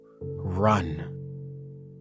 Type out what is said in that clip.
run